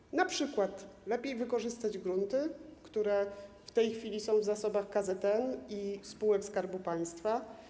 Można np. lepiej wykorzystać grunty, które w tej chwili są w zasobach KZN i spółek Skarbu Państwa.